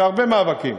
אחרי הרבה מאבקים.